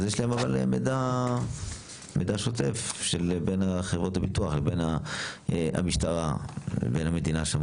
אז יש להם מידע שוטף בין חברות הביטוח לבין המשטרה ובין המדינה שם,